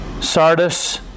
sardis